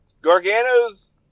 Gargano's